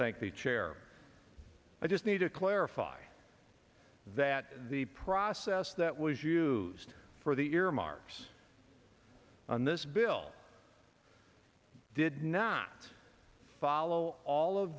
thank the chair i just need to clarify that the process that was used for the earmarks on this bill did not follow all of